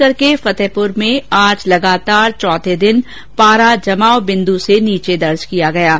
सीकर के फतेहपुर में आज लगातार चौथे दिन भी पारा जमाव बिन्दु से नीचे बना हुआ है